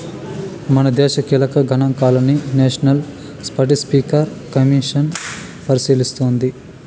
మనదేశ కీలక గనాంకాలని నేషనల్ స్పాటస్పీకర్ కమిసన్ పరిశీలిస్తోంది